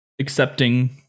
accepting